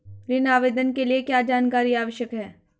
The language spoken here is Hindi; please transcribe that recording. ऋण आवेदन के लिए क्या जानकारी आवश्यक है?